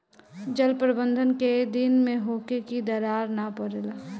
जल प्रबंधन केय दिन में होखे कि दरार न परेला?